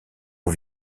aux